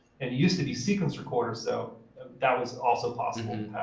and it used to be sequence recorder, so that was also possible in